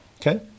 okay